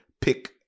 pick